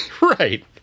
Right